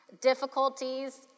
difficulties